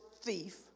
thief